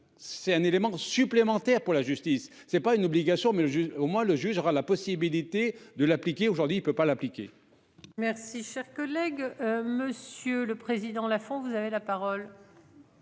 C'est un élément supplémentaire pour la justice. C'est pas une obligation mais le juge, au moins le juge aura la possibilité de l'appliquer. Aujourd'hui il peut pas l'appliquer. Merci cher collègue. Monsieur le Président la font. Vous avez la parole.